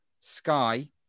Sky